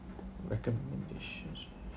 recommendations